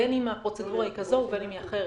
בין אם הפרוצדורה היא כזו ובין אם היא אחרת.